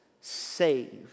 saved